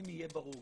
אם יהיה ברור,